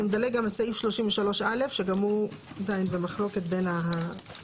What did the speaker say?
אנחנו נדלג גם על סעיף 33א שגם הוא עדיין במחלוקת בין המשרדים.